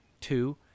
Two